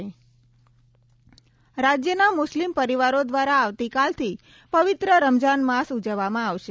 રમજાન રાજ્યના મુસ્લિમ પરિવારો દ્વારા આવતીકાલથી પવિત્ર રમજાન માસ ઉજવવામાં આવશે